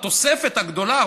התוספת הגדולה,